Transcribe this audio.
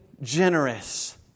generous